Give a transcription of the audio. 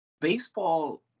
baseball